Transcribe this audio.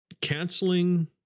canceling